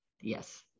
yes